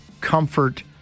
comfort